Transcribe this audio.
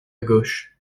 gauche